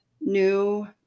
new